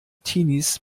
teenies